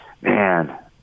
Man